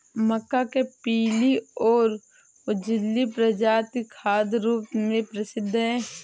मक्का के पीली और उजली प्रजातियां खाद्य रूप में प्रसिद्ध हैं